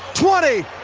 twenty.